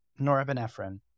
norepinephrine